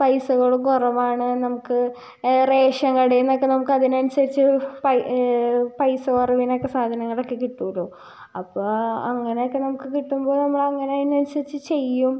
പൈസകള് കുറവാണ് നമുക്ക് റേഷൻ കടയിൽ നിന്നൊക്കെ നമുക്ക് അതിനനുസരിച്ച് പൈ പൈസ കുറവിനൊക്കെ സാധനങ്ങളക്കെ കിട്ടുമല്ലോ അപ്പം അങ്ങനെ ഒക്കെ നമുക്ക് കിട്ടുമ്പം നമ്മളങ്ങനെ അതിനനുസരിച്ച് ചെയ്യും